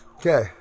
Okay